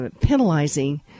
penalizing